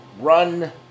run